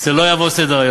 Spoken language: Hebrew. זה לא יעבור על סדר-היום.